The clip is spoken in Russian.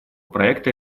проекта